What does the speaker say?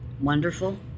wonderful